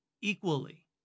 equally